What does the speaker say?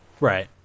Right